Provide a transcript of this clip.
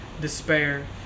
despair